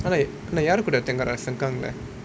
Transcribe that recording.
ஆனா யாரு கூட தங்குற:aanaa yaaru kooda thangura sengkang leh